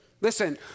Listen